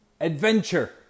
Adventure